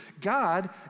God